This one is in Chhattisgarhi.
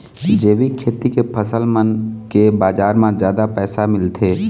जैविक खेती के फसल मन के बाजार म जादा पैसा मिलथे